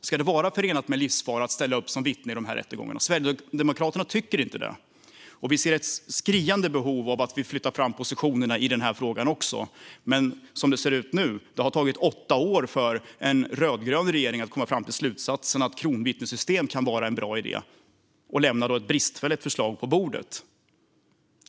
Ska det vara förenat med livsfara att ställa upp som vittne i dessa rättegångar? Sverigedemokraterna tycker inte det. Vi ser ett skriande behov av att positionerna flyttas fram i denna fråga också. Men som det ser ut nu har det tagit åtta år för regeringen att komma fram till slutsatsen att ett kronvittnessystem kan vara en bra idé, och man lämnar ett bristfälligt förslag på bordet.